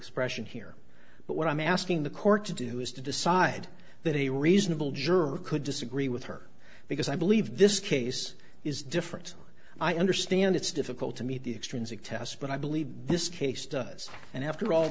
expression here but what i'm asking the court to do is to decide that a reasonable juror could disagree with her because i believe this case is different i understand it's difficult to meet the extrinsic test but i believe this case does and after all